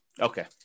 Okay